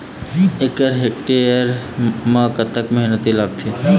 एक hectare soybean म कतक मेहनती लागथे?